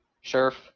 sheriff